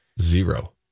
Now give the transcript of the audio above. zero